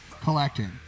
collecting